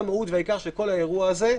היא המהות והעיקר של כל האירוע הזה.